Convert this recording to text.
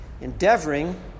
Endeavoring